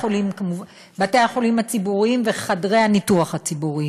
בתי-החולים הציבוריים וחדרי הניתוח הציבוריים.